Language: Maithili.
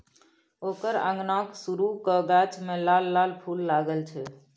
ओकर अंगनाक सुरू क गाछ मे लाल लाल फूल लागल छै